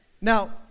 Now